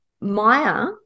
Maya